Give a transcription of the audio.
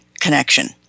connection